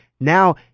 Now